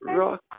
rock